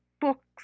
books